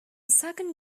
second